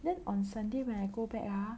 then on Sunday when I go back ah